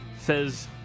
says